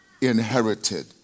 inherited